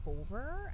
over